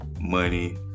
money